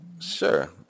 Sure